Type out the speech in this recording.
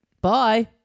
Bye